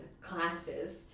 classes